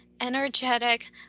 energetic